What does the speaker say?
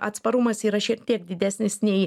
atsparumas yra šiek tiek didesnis nei